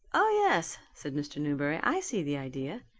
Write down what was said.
ah, yes, said mr. newberry, i see the idea.